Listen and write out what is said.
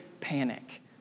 panic